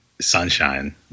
Sunshine